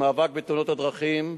במאבק בתאונות הדרכים,